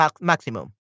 maximum